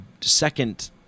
second